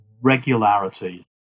regularity